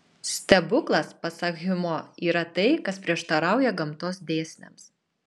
stebuklas pasak hjumo yra tai kas prieštarauja gamtos dėsniams